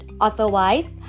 Otherwise